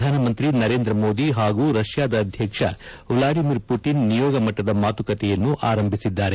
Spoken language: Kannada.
ಪ್ರಧಾನಮಂತ್ರಿ ನರೇಂದ್ರ ಮೋದಿ ಹಾಗೂ ರಷ್ಯಾದ ಅಧ್ಯಕ್ಷ ವ್ಲಾಡಿಮಿರ್ ಪುಟಿನ್ ನಿಯೋಗ ಮಣ್ವದ ಮಾತುಕತೆಯನ್ನು ಆರಂಭಿಸಿದ್ದಾರೆ